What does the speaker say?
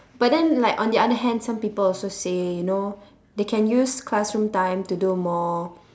but then like on the other hand some people also say you know they can use classroom time to do more